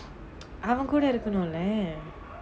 அவன்கூட இருக்கணும்ல:avankuda irukkanumla